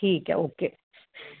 ठीक ऐ ओके